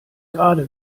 gerade